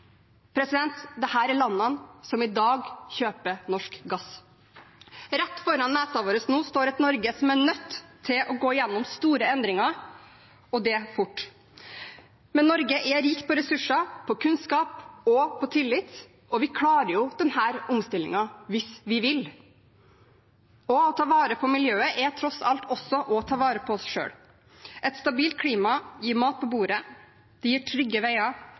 er landene som i dag kjøper norsk gass. Rett foran nesen vår står nå et Norge som er nødt til å gå gjennom store endringer, og det fort. Men Norge er rikt på ressurser, på kunnskap og på tillit, og vi klarer denne omstillingen hvis vi vil. Å ta vare på miljøet er tross alt også å ta vare på oss selv. Et stabilt klima gir mat på bordet, trygge veier,